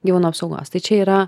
gyvūnų apsaugos tai čia yra